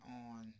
on